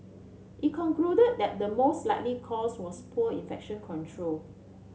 it concluded that the most likely cause was poor infection control